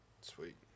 Sweet